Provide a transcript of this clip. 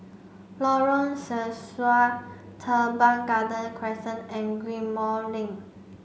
Lorong Sesuai Teban Garden Crescent and Ghim Moh Link